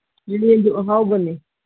ꯑꯍꯥꯎꯕꯅꯤ